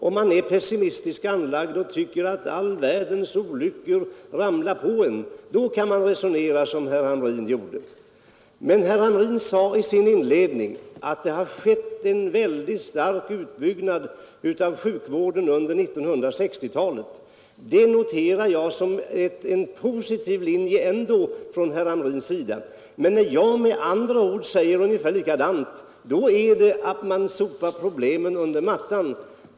Är man pessimistiskt lagd och tycker att all världens olyckor ramlar över en, då kan man resonera som han. I sitt inledningsanförande sade han att det har skett en mycket stark utbyggnad av sjukvården under 1960-talet, och det noterar jag ändå som något positivt från hans sida. Men när jag säger ungefär likadant, fast kanske med andra ord, påstår han att jag sopar problemen under mattan.